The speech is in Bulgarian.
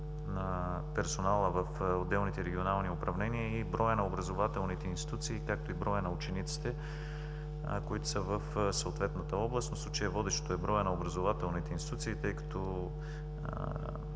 на персонала в отделните регионални управления и броя на образователните институции, както и броя на учениците, които са в съответната област. Мисля, че водещото е броят на образователните институции, тъй като